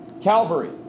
Calvary